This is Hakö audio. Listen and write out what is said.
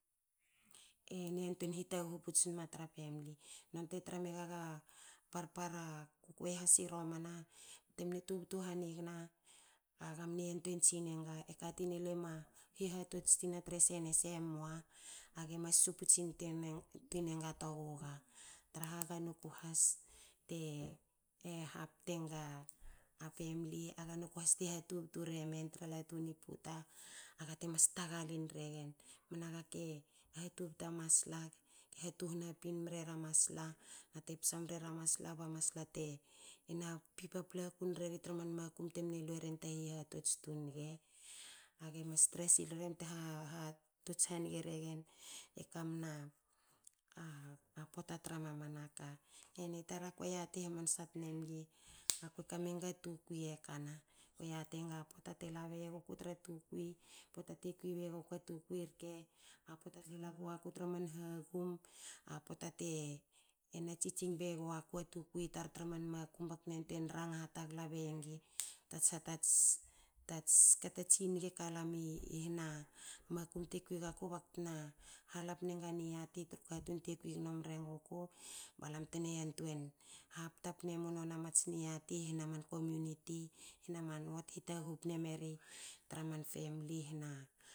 Ena yantuein hitaghu puts nma tra famli non te tra megaga parpara kukuei has iromana te mne tubtu hanigna. aga mne yantuein tsine nga e katin e lema hihatots tina tre se ne se? Mua. age mas su puts twin enga toguga traha ga noku has te hapte nga famli. aga noku has te hatubtu remen tra latu ni puta. aga te mas tagalin regen. Mna ga ke hatubtu a masla. ha tuhna pin mrera masla nate psa mrera masla ba masla te na pi paplakun reri tra man makum te mne lueren ta hihatots tu nge. Age mas tra sil regen bte hatots hange regen. E kamna pota tra mamana ka. Heni tar ako yati hamansa tne gi akue kamenga tukui e kana. Ko yati enga pota te labei enguku tra tukui. pota te kui beiguku a tukui rke, a pota te laguaku tra man hagum. a pota tena tsitsing bei guaku a tukui tar tra man makum baktna yantuein ranga hatagla bei engi ta hats ta katsi nge ka lami hna makum te kwi gaku ba ku tna hala pne nga niati tra katun te kui gno mre nguku balam te na yantuein hapta pne mu nona mats niati hna man komuniti hna man wod. hitaghu pne meri tra man famli na